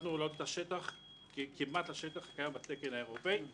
החלטנו להעלות את השטח כמעט לשטח שקיים בתקן האירופי.